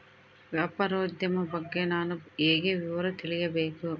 ವ್ಯಾಪಾರೋದ್ಯಮ ಬಗ್ಗೆ ನಾನು ಹೇಗೆ ವಿವರ ತಿಳಿಯಬೇಕು?